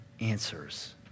answers